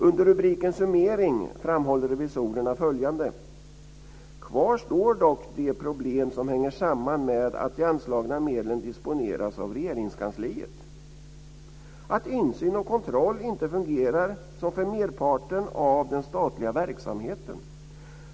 Under rubriken Summering framhåller revisorerna följande: "Kvar står dock de problem som hänger samman med att de anslagna medlen disponeras av Regeringskansliet - att insyn och kontroll inte fungerar som för merparten av den statliga verksamheten.